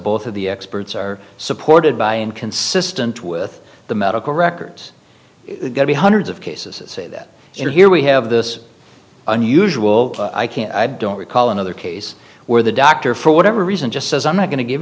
both of the experts are supported by and consistent with the medical records gary hundreds of cases say that in here we have this unusual i can't i don't recall another case where the doctor for whatever reason just says i'm not going to give